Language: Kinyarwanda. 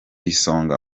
isonga